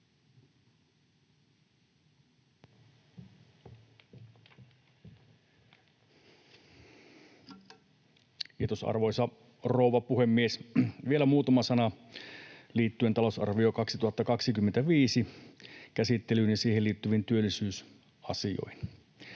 Kiitos, arvoisa rouva puhemies! Vielä muutama sana liittyen vuoden 2025 talousarvion käsittelyyn ja siihen liittyviin työllisyysasioihin: